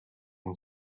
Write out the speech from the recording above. and